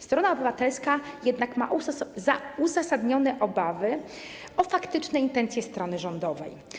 Strona obywatelska jednak ma uzasadnione obawy o faktyczne intencje strony rządowej.